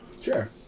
Sure